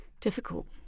difficult